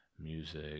music